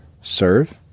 serve